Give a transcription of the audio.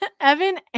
Evan